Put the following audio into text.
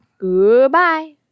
Goodbye